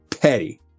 Petty